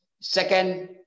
second